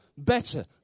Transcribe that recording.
better